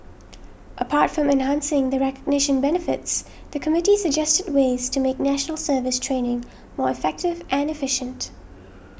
apart from enhancing the recognition benefits the committee suggested ways to make National Service training more effective and efficient